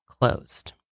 closed